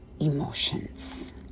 emotions